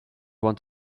want